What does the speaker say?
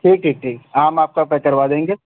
جی ٹھیک ٹھیک آم آپ کا پیک کروا دیں گے